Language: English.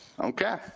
okay